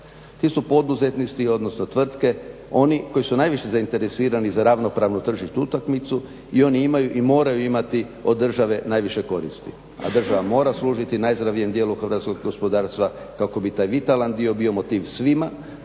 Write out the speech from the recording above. Ti su poduzetnici odnosno tvrtke oni koji su najviše zainteresirani za ravnopravnu tržišnu utakmicu i oni imaju i moraju imati od države najviše koristi a država mora služiti najzdravijem dijelu hrvatskog gospodarstva kako bi taj vitalan dio bio motiv svima